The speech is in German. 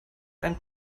einen